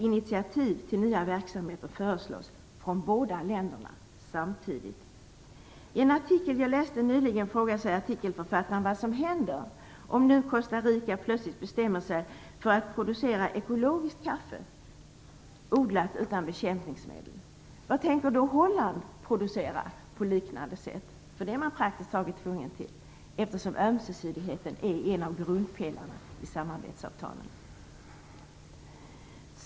Initiativ till nya verksamheter föreslås från båda länderna samtidigt. I en artikel som jag läste nyligen frågar sig artikelförfattaren vad som händer om nu Costa Rica plötsligt bestämmer sig för att producera ekologiskt kaffe, odlat utan bekämpningsmedel. Vad tänker då Holland producera på liknande sätt? Det är man praktiskt taget tvungen till, eftersom ömsesidigheten är en av grundpelarna i samarbetsavtalen.